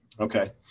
Okay